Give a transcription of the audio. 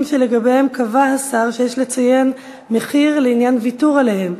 שלגביהם קבע השר שיש לציין מחיר לעניין ויתור עליהם,